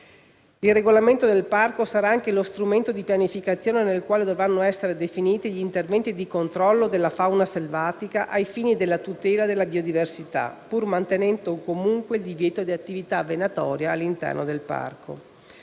il regolamento del parco sarà anche lo strumento di pianificazione nel quale dovranno essere definiti gli interventi di controllo della fauna selvatica ai fini di tutela della biodiversità, pur mantenendo comunque il divieto di attività venatoria all'interno del parco.